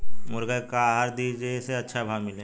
मुर्गा के का आहार दी जे से अच्छा भाव मिले?